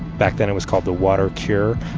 back then, it was called the water cure,